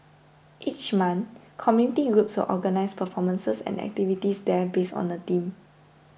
each month community groups will organise performances and activities there based on a theme